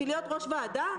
בשביל להיות ראש ועדה?